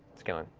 scanlan?